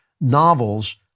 novels